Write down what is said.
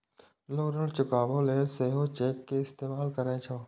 लोग ऋण चुकाबै लेल सेहो चेक के इस्तेमाल करै छै